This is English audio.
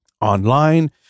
online